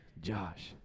Josh